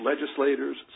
legislators